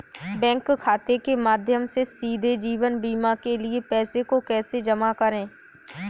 Bank खाते के माध्यम से सीधे जीवन बीमा के लिए पैसे को कैसे जमा करें?